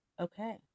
Okay